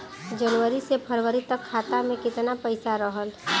जनवरी से फरवरी तक खाता में कितना पईसा रहल?